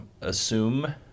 assume